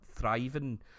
thriving